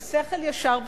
זה שכל ישר בסיסי.